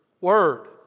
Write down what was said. word